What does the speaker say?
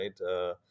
right